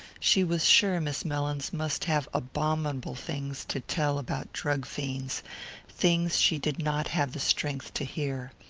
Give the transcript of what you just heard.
she was sure miss mellins must have abominable things to tell about drug-fiends things she did not have the strength to hear.